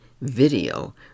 video